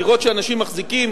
דירות שאנשים מחזיקים,